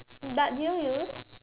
but do you use